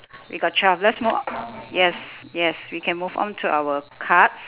we got twelve let's move yes yes we can move on to our cards